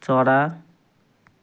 चरा